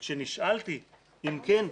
וכשנשאלתי אם כן,